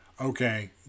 okay